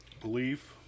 Belief